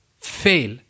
fail